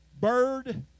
bird